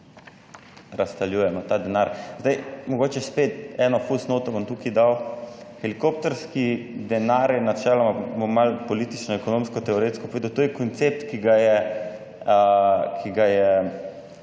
razdeljujemo ta denar. Zdaj mogoče spet eno fus noto bom tukaj dal, helikopterski denar je načeloma, bom malo politično, ekonomsko, teoretsko povedal, to je koncept, ki ga je,